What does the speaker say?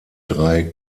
drei